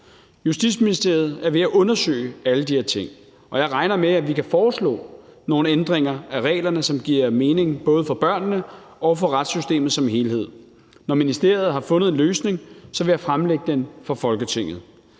Justitsministeriet er ved at undersøge alle de her ting, og jeg regner med, at vi kan foreslå nogle ændringer af reglerne, som giver mening, både for børnene og for retssystemet som helhed. Når ministeriet har fundet en løsning, vil jeg fremlægge den for Folketinget.